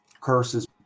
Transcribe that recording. curses